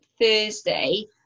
Thursday